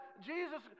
Jesus